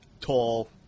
tall